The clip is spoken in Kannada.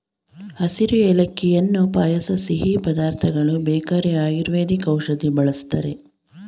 ಹಸಿರು ಏಲಕ್ಕಿಯನ್ನು ಪಾಯಸ ಸಿಹಿ ಪದಾರ್ಥಗಳು ಬೇಕರಿ ಆಯುರ್ವೇದಿಕ್ ಔಷಧಿ ಬಳ್ಸತ್ತರೆ